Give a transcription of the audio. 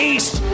East